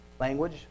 Language